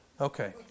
okay